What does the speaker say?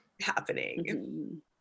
happening